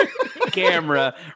camera